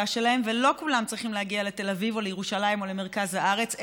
שלהם ולא כולם צריכים להגיע לתל אביב או לירושלים או למרכז הארץ,